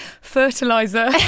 fertilizer